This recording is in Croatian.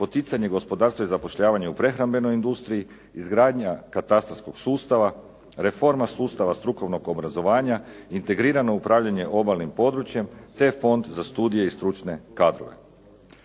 poticanje gospodarstva i zapošljavanje u prehrambenoj industriji, izgradnja katastarskog sustava, reforma sustava strukovnog obrazovanja, integrirano upravljanje obalnim područjem te fond za studije i stručne kadrove.